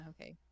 Okay